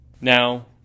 Now